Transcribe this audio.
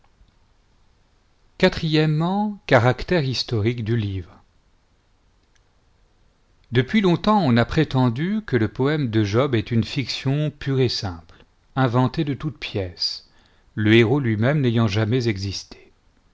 caractère historique du livre depuis longtemps on a prétendu que le poème de job est une fiction pure et simple inventée de toutes pièces le héros lui-même n'ayant jamais existé